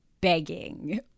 begging